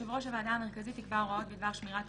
(ו)יושב ראש הוועדה המרכזית יקבע הוראות בדבר שמירת